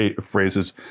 phrases